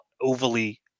overly